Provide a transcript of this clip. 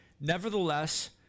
Nevertheless